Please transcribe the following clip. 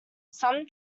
some